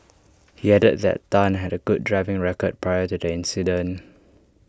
he added that Tan had A good driving record prior to the accident